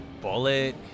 Bullet